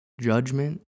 Judgment